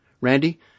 Randy